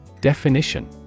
Definition